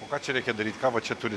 o ką čia reikia daryt ką va čia turi